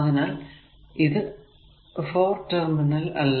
അതിനാൽ ഇത് 4 ടെർമിനൽ അല്ല